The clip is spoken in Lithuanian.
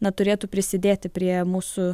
na turėtų prisidėti prie mūsų